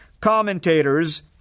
commentators